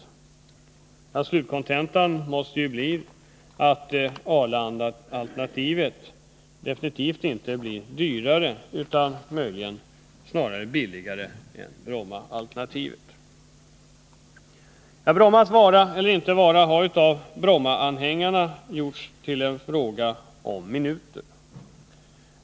Kontentan av det hela måste dock bli att Arlandaalternativet inte blir dyrare utan snarare billigare än Brommaalternativet. Brommas vara eller inte vara har av Brommaanhängarna gjorts till en fråga om minuter.